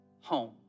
home